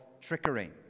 trickery